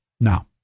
Now